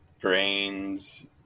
Grains